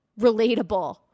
relatable